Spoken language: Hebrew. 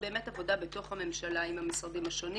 באמת עבודה בתוך הממשלה עם המשרדים השונים